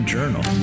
Journal